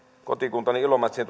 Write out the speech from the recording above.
kotikuntaani ilomantsiin